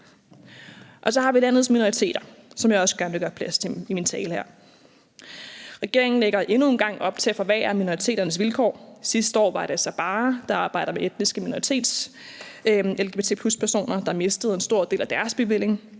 Så har vi landets minoriteter, som jeg også gerne vil gøre plads til i min tale her. Regeringen lægger endnu en gang op til at forværre minoriteternes vilkår. Sidste år var det Sabaah, der arbejder med etnisk minoritets-lgtb+-personer, der mistede en stor del af deres bevilling.